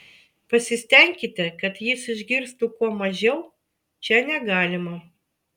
pasistenkite kad jis išgirstų kuo mažiau čia negalima